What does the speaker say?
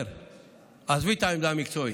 עזבי את העמדה המקצועית,